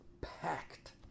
packed